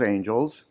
Angels